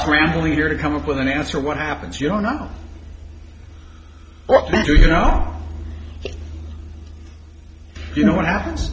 scramble here to come up with an answer what happens you don't know what to do you know you know what happens